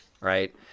Right